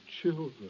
children